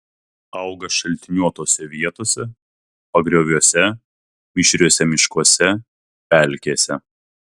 auga šaltiniuotose vietose pagrioviuose mišriuose miškuose pelkėse